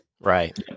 Right